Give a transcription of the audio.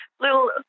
little